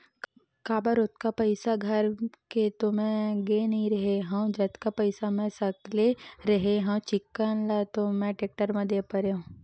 काबर ओतका पइसा धर के तो मैय गे नइ रेहे हव जतका पइसा मै सकले रेहे हव चिक्कन ल तो मैय टेक्टर म दे परेंव